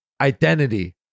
Identity